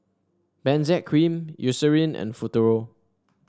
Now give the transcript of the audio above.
Benzac Cream Eucerin and Futuro